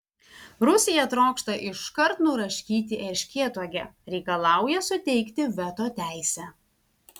rusija trokšta iškart nuraškyti erškėtuogę reikalauja suteikti veto teisę